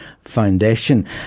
Foundation